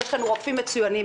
יש לנו רופאים מצוינים,